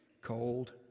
cold